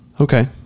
Okay